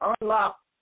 unlock